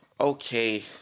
Okay